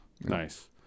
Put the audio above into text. nice